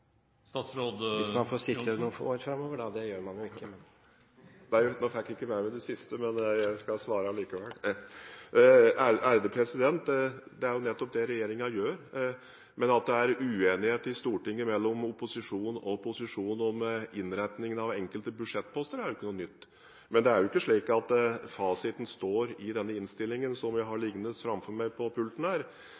sitte noen år framover, da – det gjør den vel ikke, men … Nå fikk jeg ikke med meg det siste representanten Syversen sa, men jeg skal svare likevel. Det er nettopp det regjeringen gjør. Men at det er uenighet i Stortinget mellom opposisjonen og posisjonen om innretningen av enkelte budsjettposter er ikke noe nytt. Det er ikke slik at fasiten står i denne innstillingen, som jeg har